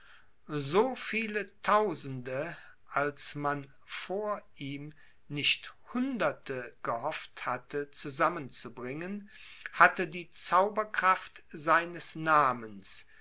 so viele tausende als man vor ihm nicht hunderte gehofft hatte zusammen zu bringen hatte die zauberkraft seines namens